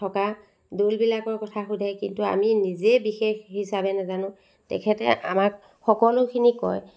থকা দ'লবিলাকৰ কথা সুধে কিন্তু আমি নিজে বিশেষ হিচাপে নাজানো তেখেতে আমাক সকলোখিনি কয়